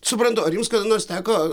suprantu ar jums kada nors teko